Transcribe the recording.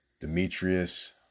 Demetrius